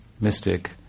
mystic